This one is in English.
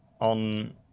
on